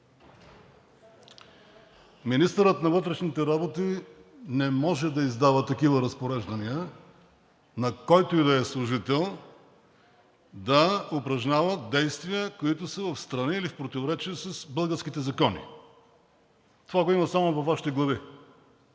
Министърът на вътрешните работи не може да издава такива разпореждания на който и да е служител да упражнява действия, които са встрани или в противоречие с българските закони. Това го има само във Вашите глави.